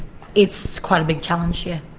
it's quite a big challenge, yes.